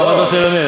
מה אתה רוצה ללמד?